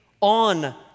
on